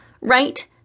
Right